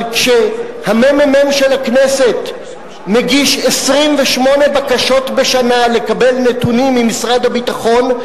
אבל כשהממ"מ של הכנסת מגיש 28 בקשות בשנה לקבל נתונים ממשרד הביטחון,